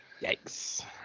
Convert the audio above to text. yikes